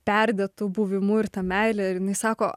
perdėtu buvimu ir ta meile ir jinai sako